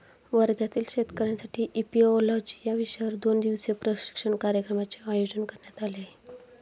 वर्ध्यातील शेतकऱ्यांसाठी इपिओलॉजी या विषयावर दोन दिवसीय प्रशिक्षण कार्यक्रमाचे आयोजन करण्यात आले आहे